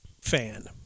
fan